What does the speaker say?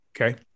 Okay